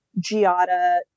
giada